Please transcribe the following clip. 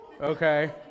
Okay